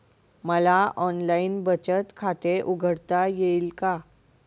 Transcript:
मला ऑनलाइन बचत खाते उघडता येईल का?